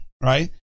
right